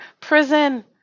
prison